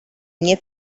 nie